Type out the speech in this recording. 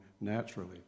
naturally